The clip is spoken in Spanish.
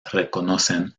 reconocen